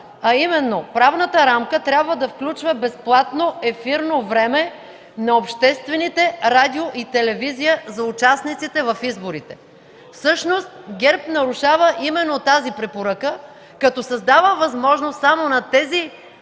а именно: „Правната рамка трябва да включва безплатно ефирно време на обществените радио и телевизия за участниците в изборите”. Всъщност ГЕРБ нарушава именно тази препоръка, като създава възможност само на тези